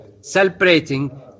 celebrating